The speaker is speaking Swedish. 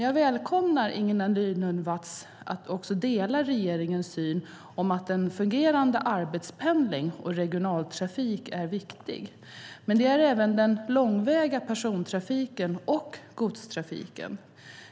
Jag välkomnar att Ingela Nylund Watz delar regeringens syn på att en fungerande arbetspendling och regionaltrafik är viktig, men det är även den långväga persontrafiken och godstrafiken.